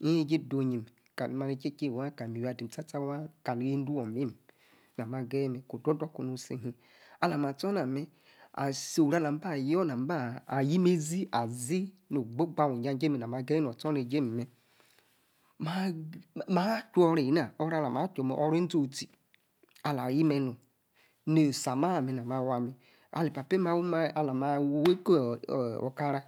iwey jie. do-onyim. kali mali. che-che waa. kala-adim sta-sta waa. kele-endo-womem na. ma geyi mer. kr. odor-do. kumi. si luim alah ma. astor na mer asa oru-alamia-aba ayor. ayi imezi. azi-no-ogba-ogba weyi-ija-jie. onna ma geyi nostornejie jim mer. ma. chora ena ora. alah. ma chu-mer. ora ezi-otie. ala yie-menom. ne-esa. mamer na-ma. waa. mer. ipapa. mem awim. awi-inko-okara.